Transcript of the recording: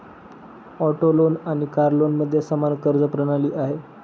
auto loan आणि car लोनमध्ये समान कर्ज प्रणाली आहे